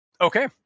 Okay